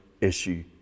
issue